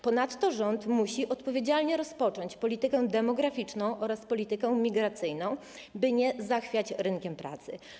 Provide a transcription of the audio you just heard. Ponadto rząd musi odpowiedzialnie prowadzić politykę demograficzną oraz politykę migracyjną, by nie zachwiać rynkiem pracy.